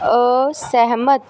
ਅਸਹਿਮਤ